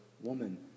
Woman